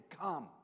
come